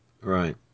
Right